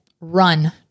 run